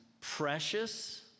precious